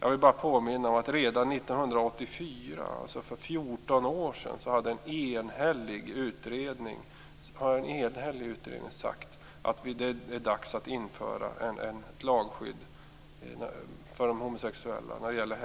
Jag vill bara påminna om att en enhällig utredning redan 1984, alltså för 14 år sedan, sade att det är dags att införa ett lagskydd för de homosexuella när det gäller